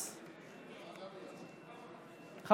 מוותר,